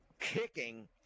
kicking